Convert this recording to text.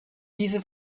diese